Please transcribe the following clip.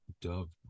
Dove